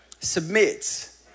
submits